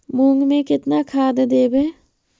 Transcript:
मुंग में केतना खाद देवे?